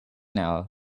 now